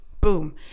boom